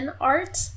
art